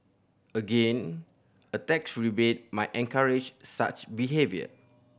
again a tax rebate might encourage such behaviour